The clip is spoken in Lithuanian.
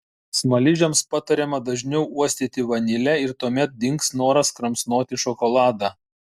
smaližiams patariama dažniau uostyti vanilę ir tuomet dings noras kramsnoti šokoladą